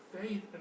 faith